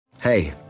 Hey